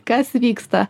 kas vyksta